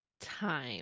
time